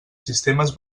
sistemes